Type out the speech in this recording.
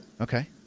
Okay